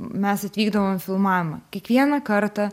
mes atvykdavom į filmavimą kiekvieną kartą